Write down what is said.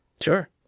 Sure